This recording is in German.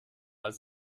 als